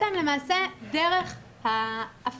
ולתת להם למעשה דרך ההפגה,